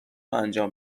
انجام